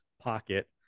pocket